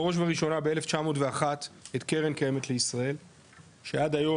בראש ובראשונה ב-1901 את קרן קיימת לישראל שעד היום